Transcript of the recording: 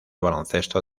baloncesto